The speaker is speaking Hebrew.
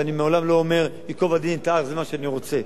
ואני לעולם אני לא אומר ייקוב הדין את ההר וזה מה שאני רוצה.